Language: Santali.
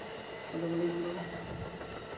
ᱟᱫᱚ ᱵᱚᱞᱮ ᱤᱧᱫᱚ